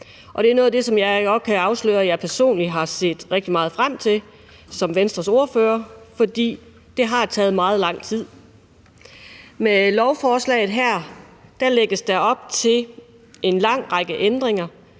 Det er noget, som jeg godt kan afsløre at jeg personligt har set rigtig meget frem til som Venstres ordfører, for det har taget meget lang tid. Med lovforslaget her lægges der op til en lang række ændringer,